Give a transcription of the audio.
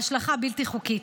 וההשלכה בלתי חוקית.